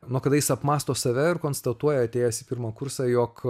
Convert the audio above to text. nuo kada jis apmąsto save ir konstatuoja atėjęs į pirmą kursą jog